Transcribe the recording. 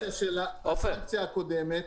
-- לגבי הסנקציה הקודמת.